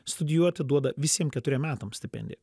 studijuoti duoda visiem keturiem metam stipendiją